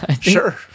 Sure